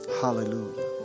hallelujah